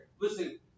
Listen